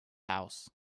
house